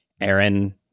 Aaron